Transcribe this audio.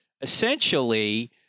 essentially